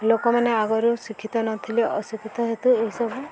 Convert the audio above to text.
ଲୋକମାନେ ଆଗରୁ ଶିକ୍ଷିତ ନଥିଲେ ଅଶିକ୍ଷିତ ହେତୁ ଏହିସବୁ